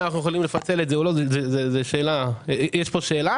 אנחנו יכולים לפצל את זה או לא; יש פה שאלה.